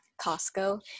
Costco